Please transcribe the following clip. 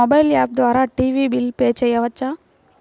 Mobile app ద్వారా TV bill pay చేయవచ్చా?